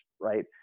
right